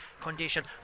condition